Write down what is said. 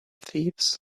thieves